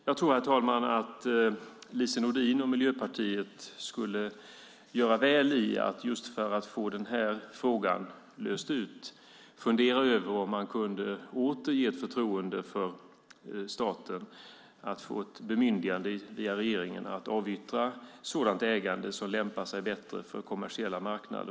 Jag tror, herr talman, att Lise Nordin och Miljöpartiet för att få den här frågan löst skulle göra väl i att fundera över om man åter kunde ge förtroende för staten att få ett bemyndigande via regeringen att avyttra sådant ägande som lämpar sig bättre för kommersiella marknader.